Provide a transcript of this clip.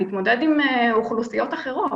להתמודד עם אוכלוסיות אחרות.